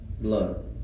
blood